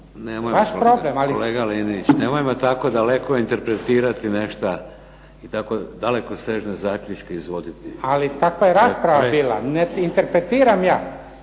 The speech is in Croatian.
nemojmo tako daleko interpretirati nešto i tako dalekosežne zaključke izvoditi. **Linić, Slavko (SDP)** Ali takva je rasprava bila. Ne interpretiram ja,